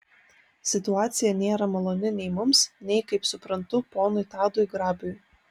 situacija nėra maloni nei mums nei kaip suprantu ponui tadui grabiui